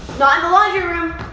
not laundry room.